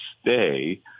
stay